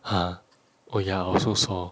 !huh! oh ya I also saw